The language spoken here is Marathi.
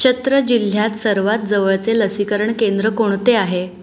चत्र जिल्ह्यात सर्वात जवळचे लसीकरण केंद्र कोणते आहे